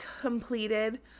completed